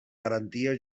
garantia